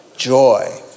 joy